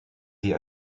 sie